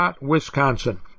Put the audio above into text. Wisconsin